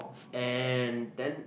and then